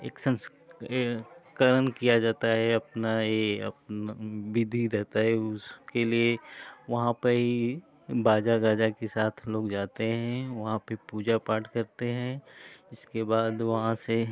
एक संस करण किया जाता है अपना ये अपना विधि रहता है उसके लिए वहाँ पर ही बाजा गाजा के साथ लोग जाते हैं वहाँ पर पूजा पाठ करते हैं जिसके बाद वहाँ से